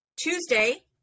Tuesday